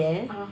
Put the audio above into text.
ah